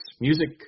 music